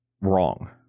wrong